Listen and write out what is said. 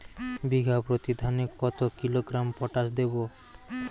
বিঘাপ্রতি ধানে কত কিলোগ্রাম পটাশ দেবো?